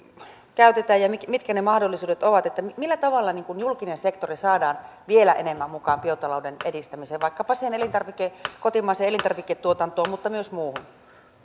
käytetä mitkä ne mahdollisuudet ovat millä tavalla julkinen sektori saadaan vielä enemmän mukaan biotalouden edistämiseen vaikkapa siihen kotimaiseen elintarviketuotantoon mutta myös muuhun